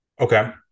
Okay